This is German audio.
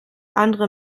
andere